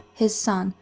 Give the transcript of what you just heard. his son,